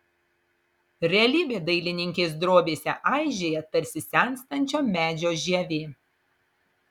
realybė dailininkės drobėse aižėja tarsi senstančio medžio žievė